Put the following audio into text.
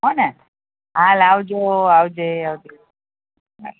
હો ને હાલ આવજો આવજે આવજે બાય